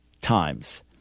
times